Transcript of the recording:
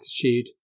attitude